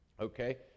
Okay